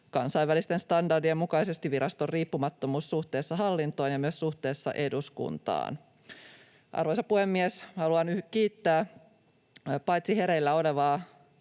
kansainvälisten standardien mukaisesti viraston riippumattomuus suhteessa hallintoon ja myös suhteessa eduskuntaan. Arvoisa puhemies! Haluan kiittää paitsi hereillä olevaa